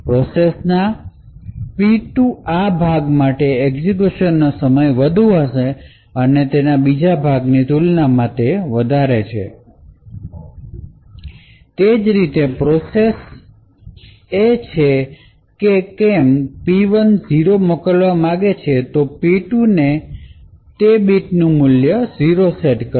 પ્રોસેસના P2 આ ભાગ માટે એ જ રીતે પ્રોસેસછેકે કેમ P1 0 મોકલવા માગે તો P2 તે બીટનું મૂલ્ય 0 સેટ કરશે